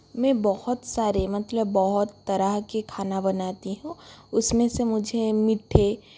मैं बहुत सारे मतलब बहुत तरह के खाने बनाती हूँ उस में से मुझे मीठे